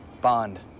Bond